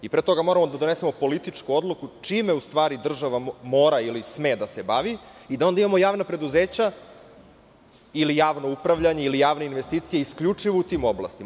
Pre toga, moramo da donesemo političku odluku čime u stvari država mora, ili sme da se bavi i da onda imamo javna preduzeća, ili javno upravljanje, ili javne investicije isključivo u tim oblastima.